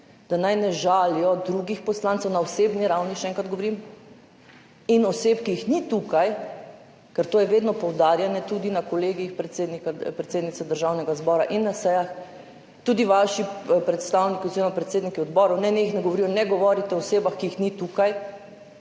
da naj ne žalijo drugih poslancev na osebni ravni, še enkrat govorim, in oseb, ki jih ni tukaj, ker to je vedno poudarjano tudi na kolegijih predsednice Državnega zbora in na sejah. Tudi vaši predstavniki oziroma predsedniki odborov nenehno govorijo, ne govorite o osebah, ki jih ni tukaj.